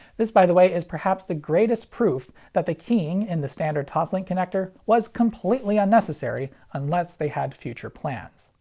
this by the way is perhaps the greatest proof that they keying in the standard toslink connector was completely unnecessary unless they had future plans.